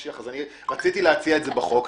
רציתי להציע את זה בחוק.